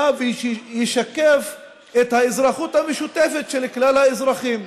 ושישקף את האזרחות המשותפת של כלל האזרחים.